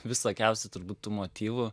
visokiausių turbūt tų motyvų